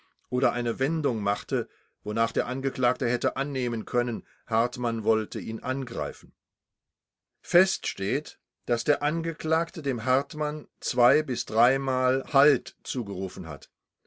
oder eine wendung machte wonach der angeklagte hätte annehmen können hartmann wollte ihn angreifen fest steht daß der angeklagte dem hartmann zwei bis dreimal halt zugerufen hat